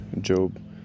Job